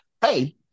hey